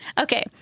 Okay